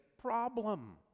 problem